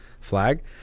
flag